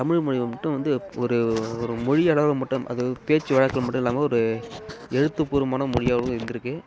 தமிழ்மொழி மட்டும் வந்து ஒரு ஒரு மொழி அளவில் மட்டும் அது பேச்சு வழக்கில் மட்டும் இல்லாமல் ஒரு எழுத்துப்பூர்வமான மொழியாகவும் இருந்திருக்கு